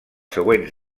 següents